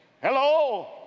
Hello